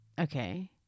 Okay